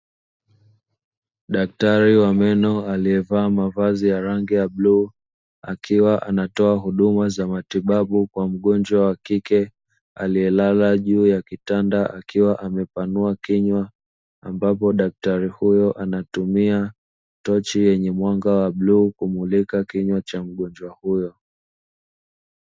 Daktari wa meno aliyevaa mavazi ya rangi ya bluu akiwa anatoa huduma za matibabu kwa mgonjwa wa kike aliyelala juu ya kitanda akiwa amepanua kinywa, ambapo daktari huyo anatumia tochi yenye mwanga wa bluu kumulika kinywa cha mgonjwa huyo.